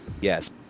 Yes